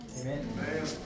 Amen